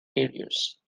careers